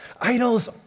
Idols